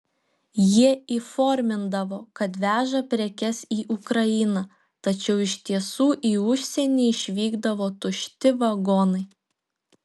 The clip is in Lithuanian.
jie įformindavo kad veža prekes į ukrainą tačiau iš tiesų į užsienį išvykdavo tušti vagonai